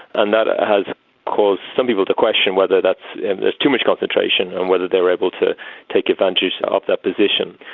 and that has caused some people to question whether that's too much concentration and whether they are able to take advantage of that position.